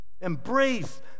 Embrace